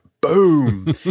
boom